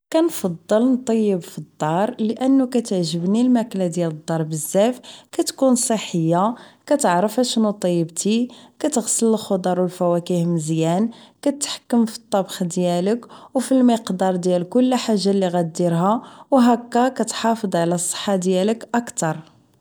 كنفضل نطيب فالدار كتعجبني الماكلة ديال الدار بزاف كتكون صحية كتعرف اشنو طيبتي كتغسل الخضر و الفواكه مزيان و كتحكم فالطبخ ديالك فالمقدار ديال كلا حاجة اللي غادي ديرها و هكا كتحافظ على الصحة ديالك اكتر